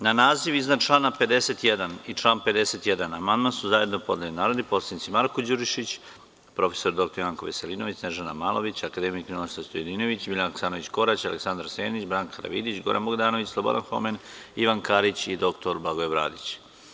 Na naziv iznad člana 51. i član 51. amandman su zajedno podneli narodni poslanici Marko Đurišić, prof. dr Janko Veselinović, Snežana Malović, akademik Ninoslav Stojadinović, Biljana Hasanović Korać, Aleksandar Senić, Branka Karavidić, Goran Bogdanović, Slobodan Homen, Ivan Karić i dr Blagoje Bradić.